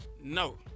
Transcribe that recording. No